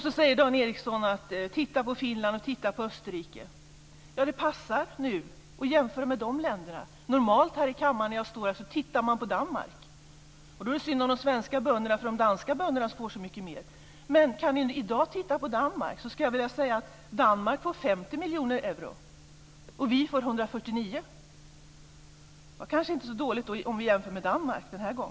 Så säger Dan Ericsson: Titta på Finland och titta på Österrike. Ja, det passar nu att jämföra med de länderna. Normalt när jag står här i kammaren tittar man på Danmark. Då är det synd om de svenska bönderna för att de danska bönderna får så mycket mer. Men kan vi i dag titta på Danmark skulle jag vilja säga att Danmark får 50 miljoner euro och vi 149. Då var det kanske inte så dåligt den här gången om vi jämför med Danmark.